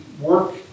work